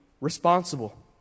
responsible